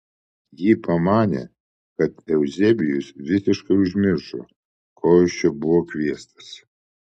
ji pamanė kad euzebijus visiškai užmiršo ko jis čia buvo kviestas